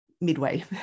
midway